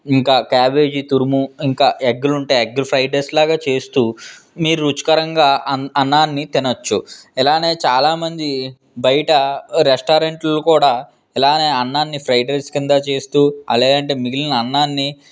ఇంకా క్యాబేజీ తురుము ఇంకా ఎగ్లుంటే ఎగ్ ఫ్రైడ్ రైస్ లాగ చేస్తూ మీరు రుచికరంగా అన్ అన్నాన్ని తినవచ్చు ఇలాగే చాలామంది బయట రెస్టారెంట్లు కూడా ఇలాగే అన్నాన్ని ఫ్రైడ్ రైస్ కింద చేస్తూ లేదంటే మిగిలిన అన్నాన్ని